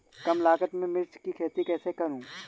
कम लागत में मिर्च की खेती कैसे करूँ?